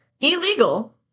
illegal